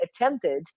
attempted